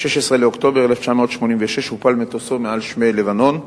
ב-16 באוקטובר 1986 הופל מטוסו מעל שמי לבנון.